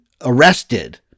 arrested